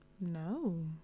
No